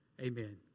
amen